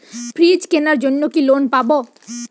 Fridge কেনার জন্য কি লোন পাব?